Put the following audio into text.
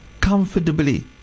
comfortably